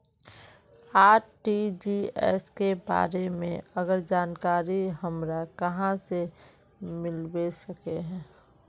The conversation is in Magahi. आर.टी.जी.एस के बारे में आर जानकारी हमरा कहाँ से मिलबे सके है?